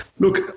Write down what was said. Look